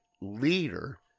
leader